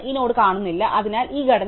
ഈ നോഡ് കാണുന്നില്ല അതിനാൽ ഈ ഘടന ശരിയല്ല